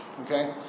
okay